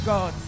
God